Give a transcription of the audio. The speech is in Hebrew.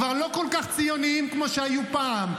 כבר לא כל כך ציוניים כמו שהיו פעם.